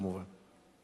כמובן.